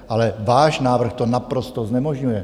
Ale váš návrh to naprosto znemožňuje.